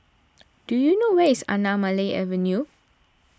do you know where is Anamalai Avenue